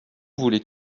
voulais